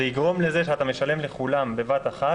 זה יגרום לזה שאתה משלם לכולם בבת-אחת